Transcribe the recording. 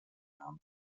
namen